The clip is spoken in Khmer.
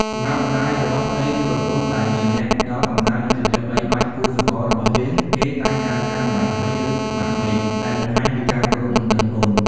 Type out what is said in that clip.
សម្រាប់ម្ដាយរបស់ប្ដី ឬប្រពន្ធ ដែលជាអ្នកផ្ដល់កំណើត និងចិញ្ចឹមបីបាច់គូស្រកររបស់យើង គេតែងហៅថា ម្ដាយក្មេក ឬ ម៉ាក់ក្មេក ដែលបង្ហាញពីការគោរព និងដឹងគុណ។